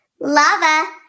Lava